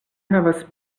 havas